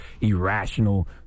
irrational